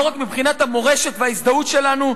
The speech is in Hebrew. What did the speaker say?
לא רק מבחינת המורשת וההזדהות שלנו,